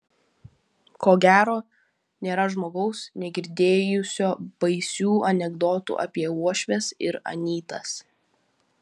ko gero nėra žmogaus negirdėjusio baisių anekdotų apie uošves ir anytas